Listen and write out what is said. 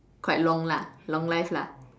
quite long lah long life lah